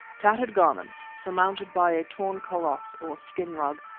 tattered garments, surmounted by a torn kaross or skin rug,